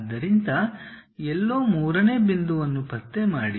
ಆದ್ದರಿಂದ ಎಲ್ಲೋ ಮೂರನೇ ಬಿಂದುವನ್ನು ಪತ್ತೆ ಮಾಡಿ